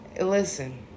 Listen